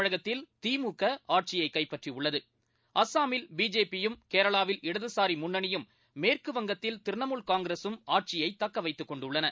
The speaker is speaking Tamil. தமிழகத்தில் திமுக ஆட்சியை கைப்பற்றியுள்ளது அஸ்ஸாமில் பிஜேபியும் கேரளாவில் இடதுசாரி முன்னணியும் மேற்குவங்கத்தில் திரிணமூல் காங்கிரசும் ஆட்சியை தக்கவைத்துக் கொண்டுள்ளன